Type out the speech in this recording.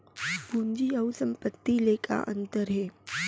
पूंजी अऊ संपत्ति ले का अंतर हे?